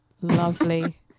Lovely